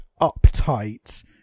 uptight